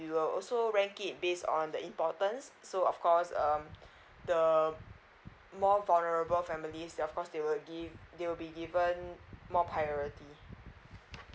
we will also rank it base on the importance so of course um the more vulnerable families of course they will give they will be given more priority